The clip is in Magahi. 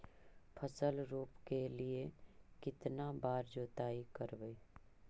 फसल रोप के लिय कितना बार जोतई करबय?